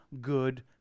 good